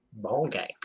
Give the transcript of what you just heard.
ballgame